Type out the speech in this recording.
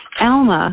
Alma